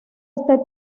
este